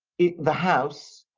the house,